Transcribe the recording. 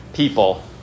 people